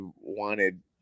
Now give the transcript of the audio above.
wanted